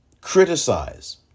criticize